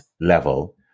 level